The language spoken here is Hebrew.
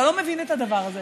אתה לא מבין את הדבר הזה.